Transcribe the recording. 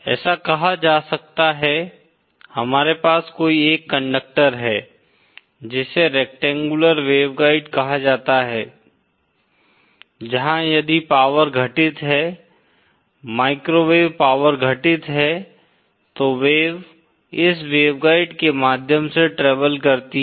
ऐसा कहा जा सकता है हमारे पास कोई एक कंडक्टर है जिसे रेक्टेंगुलर वेवगाइड कहा जाता है जहां यदि पावर घटित है माइक्रोवेव पावर घटित है तो वेव इस वेवगाइड के माध्यम से ट्रेवल करती है